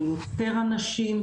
ליותר אנשים.